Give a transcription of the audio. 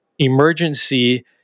Emergency